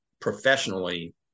professionally